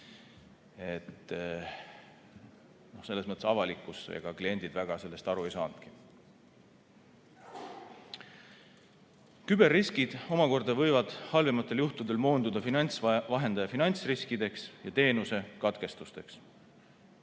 nii et avalikkus ja kliendid väga sellest aru ei saanudki. Küberriskid omakorda võivad halvematel juhtudel moonduda finantsvahendaja finantsriskideks ja teenusekatkestusteks.